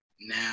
now